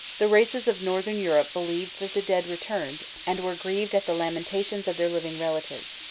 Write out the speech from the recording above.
the races of northern europe believed that the dead returned, and were grieved at the lamentations of their living relatives.